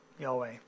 Yahweh